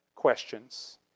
questions